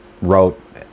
wrote